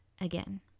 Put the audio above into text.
again